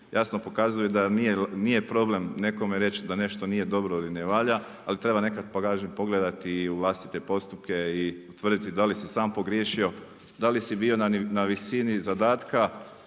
jasno pokazuju da nije problem nekome reći da nešto nije dobro ili ne valja, ali treba nekad pogledati i u vlastite postupke i utvrditi da li si sam pogriješio, da li si bio na visini zadatka